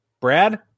Brad